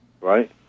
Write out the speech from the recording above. right